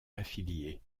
affilié